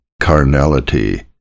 carnality